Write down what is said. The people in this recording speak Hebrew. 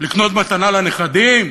לקנות מתנה לנכדים.